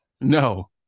no